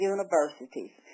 Universities